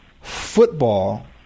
football